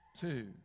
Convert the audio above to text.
two